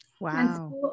Wow